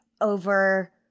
over